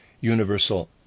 Universal